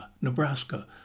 Nebraska